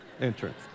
entrance